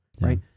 right